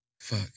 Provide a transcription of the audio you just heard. fuck